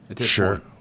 Sure